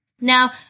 Now